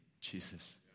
Jesus